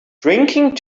drinking